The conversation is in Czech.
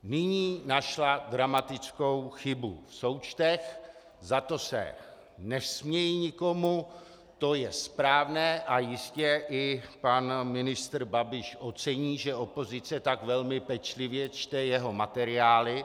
Nyní našla dramatickou chybu v součtech, za to se nesměji nikomu, to je správné a jistě i pan ministr Babiš ocení, že opozice tak velmi pečlivě čte jeho materiály.